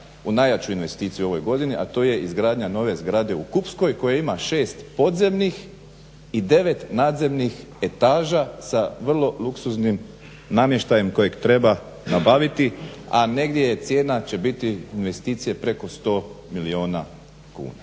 u najjaču investiciju u ovoj godini, a to je izgradnja nove zgrade u Kupskoj koja ima 6 podzemnih i 9 nadzemnih etaža sa vrlo luksuznim namještajem kojeg treba nabaviti, a negdje cijena investicije će biti preko 100 milijuna kuna.